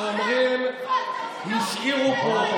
שאומר שהשאירו פה,